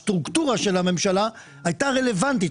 הסטרוקטורה של הממשלה הייתה רלוונטית,